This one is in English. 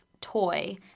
toy